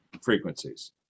frequencies